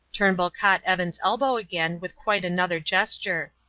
turnbull caught evan's elbow again with quite another gesture.